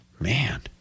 Man